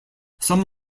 some